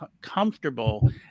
comfortable